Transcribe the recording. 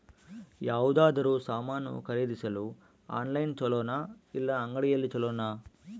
ಯಾವುದಾದರೂ ಸಾಮಾನು ಖರೇದಿಸಲು ಆನ್ಲೈನ್ ಛೊಲೊನಾ ಇಲ್ಲ ಅಂಗಡಿಯಲ್ಲಿ ಛೊಲೊನಾ?